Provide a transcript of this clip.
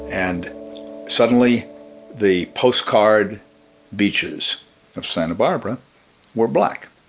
and suddenly the postcard beaches of santa barbara were black